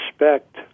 respect